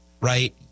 right